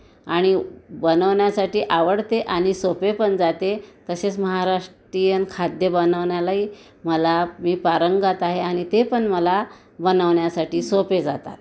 आणि बनवण्यासाठी आवडते आणि सोपे पण जाते तसेच महाराष्ट्रीयन खाद्य बनवण्यालाही मला मी पारंगत आहे आनि ते पण मला बनवण्यासाठी सोपे जातात